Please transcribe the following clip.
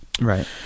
Right